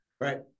Right